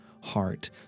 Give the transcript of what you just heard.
heart